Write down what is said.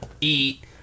Eat